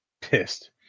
pissed